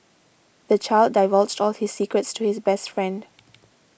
the child divulged all his secrets to his best friend